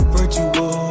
Virtual